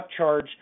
upcharge